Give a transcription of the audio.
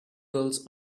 girls